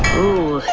ooh,